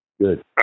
Good